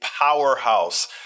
powerhouse